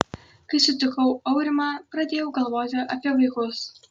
kai sutikau aurimą pradėjau galvoti apie vaikus